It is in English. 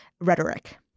rhetoric